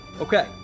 Okay